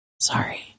Sorry